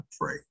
pray